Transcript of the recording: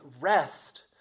rest